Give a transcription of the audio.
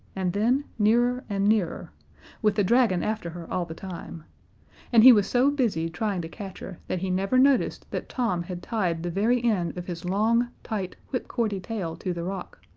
and then nearer and nearer with the dragon after her all the time and he was so busy trying to catch her that he never noticed that tom had tied the very end of his long, tight, whipcordy tail to the rock,